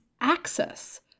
access